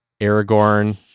Aragorn